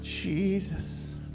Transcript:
jesus